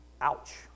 Ouch